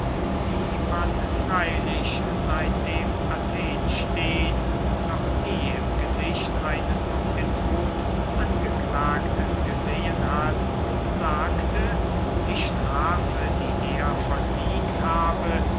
die man freylich seitdem athen steht noch nie im gesicht eines auf den tod angeklagten gesehen hat sagte die strafe die er verdient habe